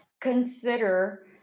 consider